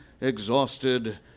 exhausted